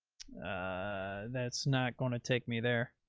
ah that's not going to take me there.